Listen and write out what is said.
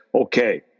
okay